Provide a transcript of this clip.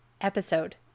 episode